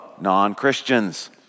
non-Christians